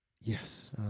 Yes